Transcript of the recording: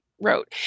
wrote